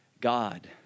God